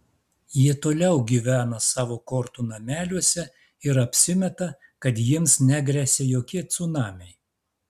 jie toliau gyvena savo kortų nameliuose ir apsimeta kad jiems negresia jokie cunamiai